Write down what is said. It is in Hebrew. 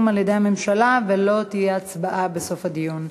הממשלה ולא תהיה הצבעה בסוף הדיון.